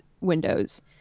windows